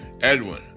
Edwin